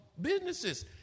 businesses